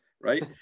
right